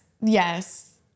Yes